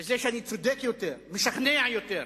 בזה שאני צודק יותר, משכנע יותר,